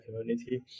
community